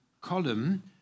column